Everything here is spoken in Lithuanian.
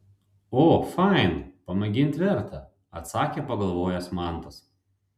o fain pamėginti verta atsakė pagalvojęs mantas